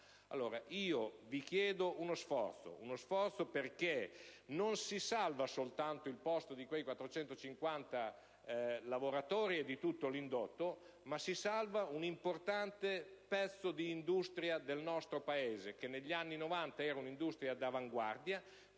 italiana. Vi chiedo uno sforzo, perché non si salva soltanto il posto di quei 450 lavoratori e di tutto l'indotto, ma si salva un importante pezzo di industria del nostro Paese, che negli anni '90 era un'industria d'avanguardia,